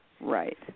Right